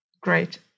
Great